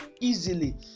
easily